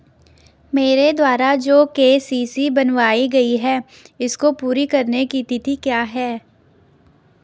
मेरे द्वारा जो के.सी.सी बनवायी गयी है इसको पूरी करने की तिथि क्या है?